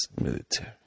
military